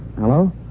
Hello